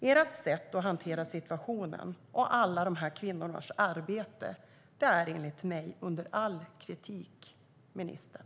Ert sätt att hantera situationen och alla dessa kvinnors arbete är enligt mig under all kritik, ministern.